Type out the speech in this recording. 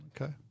Okay